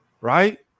Right